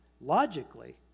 logically